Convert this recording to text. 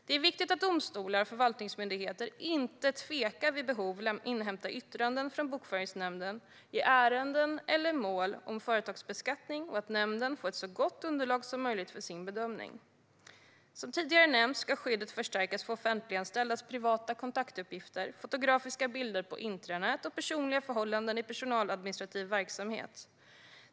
Det är viktigt att domstolar och förvaltningsmyndigheter inte tvekar att vid behov inhämta yttranden från Bokföringsnämnden i ärenden eller mål om företagsbeskattning och att nämnden får ett så gott underlag som möjligt för sin bedömning. Som tidigare nämnts ska skyddet förstärkas för offentliganställdas privata kontaktuppgifter, fotografiska bilder på intranät och personliga förhållanden i personaladministrativ verksamhet.